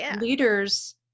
leaders